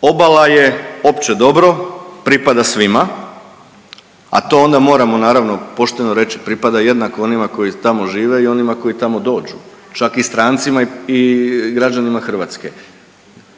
obala je opće dobro, pripada svima, a to onda moramo pošteno reći pripada jednako onima koji tamo žive i onima koji tamo dođu čak i strancima i građanima Hrvatske,